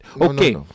Okay